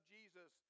Jesus